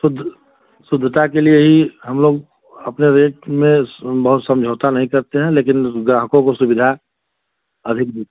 शुद्ध शुद्धता के लिए ही हम लोग अपने रेट में स बहुत समझौता नहीं करते हैं लेकिन ग्राहकों को सुविधा अधिक दे